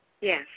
Yes